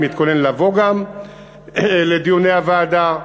אני גם מתכוון לבוא לדיוני הוועדה.